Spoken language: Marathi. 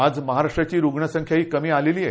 आज महाराष्ट्राची रुग्ण संख्या कमी आलेली आहे